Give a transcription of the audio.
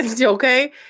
okay